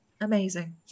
amazing